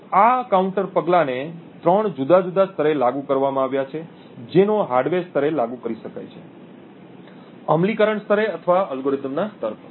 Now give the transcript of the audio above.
તો આ કાઉન્ટર પગલાંને ત્રણ જુદા જુદા સ્તરે લાગુ કરવામાં આવ્યા છે જેનો હાર્ડવેર સ્તરે લાગુ કરી શકાય છે અમલીકરણ સ્તરે અથવા અલ્ગોરિધમનો સ્તર પર